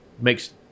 makes